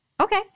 Okay